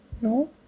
No